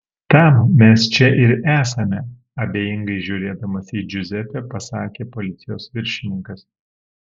tam mes čia ir esame abejingai žiūrėdamas į džiuzepę pasakė policijos viršininkas